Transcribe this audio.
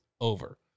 Over